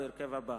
בהרכב הבא,